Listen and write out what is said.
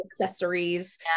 accessories